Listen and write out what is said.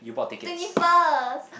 twenty first